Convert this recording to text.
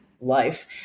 life